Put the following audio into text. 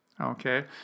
okay